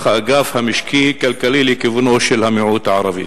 האגף המשקי-כלכלי לכיוונו של המיעוט הערבי.